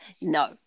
No